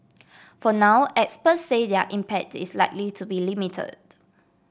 for now experts say their impact is likely to be limited